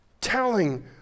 telling